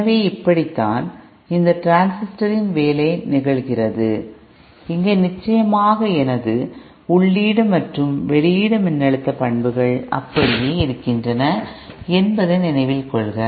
எனவே இப்படித்தான் இந்த டிரான்சிஸ்டரின் வேலை நிகழ்கிறது இங்கே நிச்சயமாக எனது உள்ளீடு மற்றும் வெளியீட்டு மின்னழுத்த பண்புகள் அப்படியே இருக்கின்றன என்பதை நினைவில் கொள்க